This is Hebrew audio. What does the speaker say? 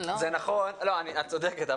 את צודקת,